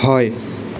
হয়